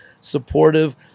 supportive